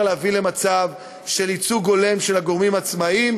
להביא למצב של ייצוג הולם של הגורמים העצמאים,